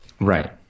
right